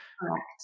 Correct